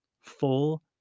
full